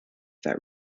that